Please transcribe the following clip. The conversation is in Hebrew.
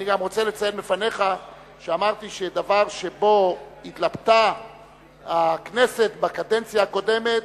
אני גם רוצה לציין בפניך שאמרתי שדבר שבו התלבטה הכנסת בקדנציה הקודמת,